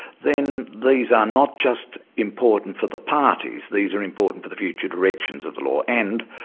then these are not just important for the parties, these are important for the future directions of the law, and,